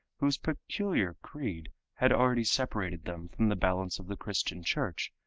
whose peculiar creed had already separated them from the balance of the christian church,